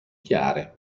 chiare